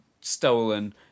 stolen